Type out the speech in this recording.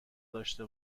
داشته